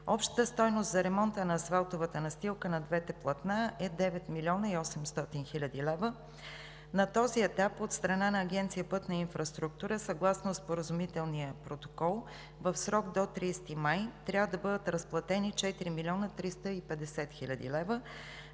Общата стойност за ремонта на асфалтовата настилка на двете платна е 9 млн. 800 хил. лв. На този етап от страна на Агенция „Пътна инфраструктура“ съгласно Споразумителния протокол в срок до 30 май 2019 г. трябва да бъдат разплатени 4 млн. 350 хил. лв.